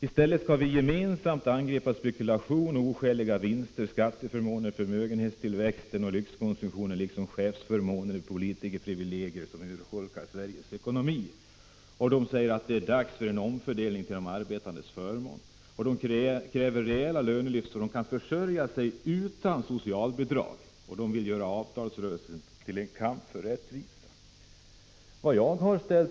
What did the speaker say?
I stället skall vi gemensamt angripa spekulation och oskäliga vinster, skatteförmåner, förmögenhetstillväxt och lyxkonsumtion liksom chefsförmåner och politikerprivilegier, som urholkar Sveriges ekonomi.” Det sägs också i uppropet att ”Det är dags för en omfördelning till de arbetandes förmån” och att man kräver rejäla lönelyft, så att arbetarna kan försörja sig utan socialbidrag. Man vill göra avtalsrörelsen till en kamp för rättvisa.